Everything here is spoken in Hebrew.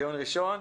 דיון ראשון.